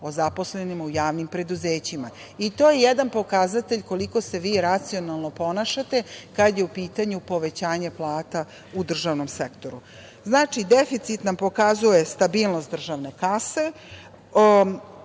o zaposlenima u javnim preduzećima. I to je jedan pokazatelj koliko se vi racionalno ponašate kada je u pitanju povećanje plata u državnom sektoru. Znači, deficit nam pokazuje stabilnost državne kase.